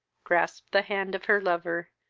grasped the hand of her lover,